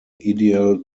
ideal